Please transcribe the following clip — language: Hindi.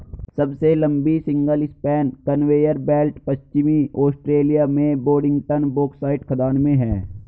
सबसे लंबी सिंगल स्पैन कन्वेयर बेल्ट पश्चिमी ऑस्ट्रेलिया में बोडिंगटन बॉक्साइट खदान में है